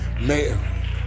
Mary